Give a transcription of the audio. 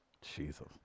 Jesus